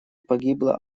погибло